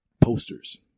Posters